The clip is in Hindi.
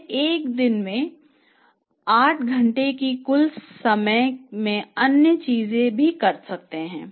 वे एक दिन में 8 घंटे के कुल समय में कई अन्य चीजें भी कर रहे हैं